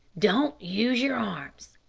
don't use yer arms.